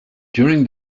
during